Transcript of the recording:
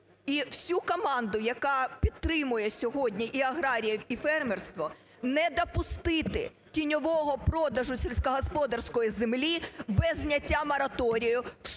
і всю команду, яка підтримує сьогодні і аграріїв, і фермерство, не допустити тіньового продажу сільськогосподарської землі без зняття мораторію,